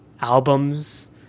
albums